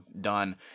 done